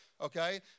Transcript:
okay